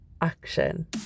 action